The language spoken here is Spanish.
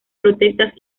protestas